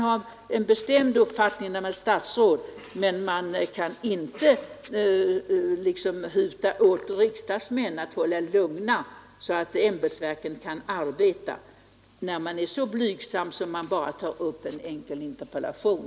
Slutligen kan man som statsråd ha en bestämd uppfattning, men man kan inte huta åt riksdagsmän och säga att de skall hålla sig lugna, så att ämbetsverken kan arbeta — när man bara är så blygsam att man